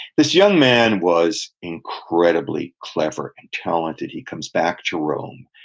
this young man was incredibly clever and talented. he comes back to rome,